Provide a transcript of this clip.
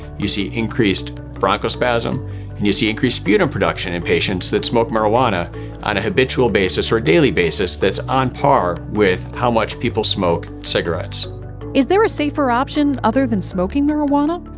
you see increased bronchospasm. and you see increased sputum production in patients that smoke marijuana on a habitual basis or daily basis that's on par with how much people smoke cigarettes. narrator is there a safer option other than smoking marijuana?